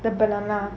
the banana